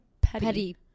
petty